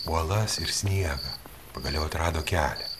uolas ir sniegą pagaliau atrado kelią